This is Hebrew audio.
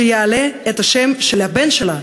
שיעלה את השם של הבן שלה,